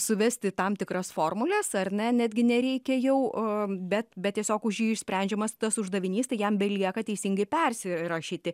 suvesti tam tikras formules ar ne netgi nereikia jau o bet bet tiesiog už jį išsprendžiamas tas uždavinys tai jam belieka teisingai persirašyti